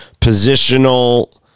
positional